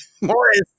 Morris